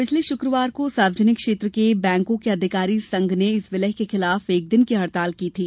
पिछले शुक्रवार को सार्वजनिक क्षेत्र के बैंकों के अधिकारी संघ ने इस विलय के खिलाफ एक दिन की हड़ताल की थी